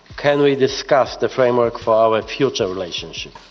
can we discuss the framework for our future relationship.